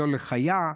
זאת לחיה,